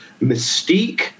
mystique